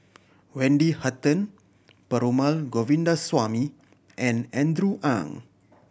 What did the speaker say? Wendy Hutton Perumal Govindaswamy and Andrew Ang